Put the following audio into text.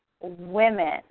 women